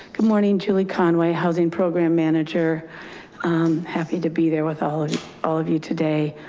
good morning, julie conway, housing program manager. i'm happy to be there with all ah all of you today.